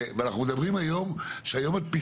אנחנו מדברים שהיום מדפיסים